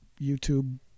YouTube